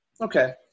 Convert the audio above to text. Okay